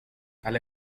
ale